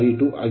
ಆಗಿರುತ್ತದೆ